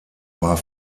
war